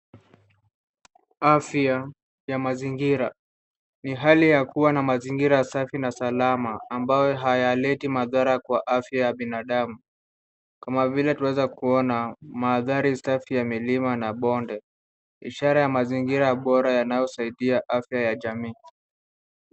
Afya ya mazingira ni hali ya kuwa na mazingira safi na salama ambayo hayaleti madhara kwa afya ya binadamu, kama vile twaeza kuona maadhari safi ya milima na bonde ishara ya mazingira bora yanayosaidia afya ya jamii.